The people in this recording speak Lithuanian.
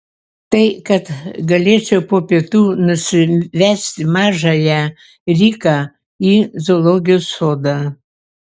tai kad galėčiau po pietų nusivesti mažąją riką į zoologijos sodą